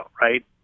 right